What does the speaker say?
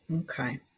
Okay